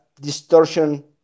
distortion